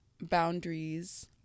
Boundaries